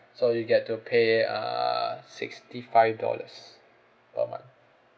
so you get to pay uh sixty five dollars per month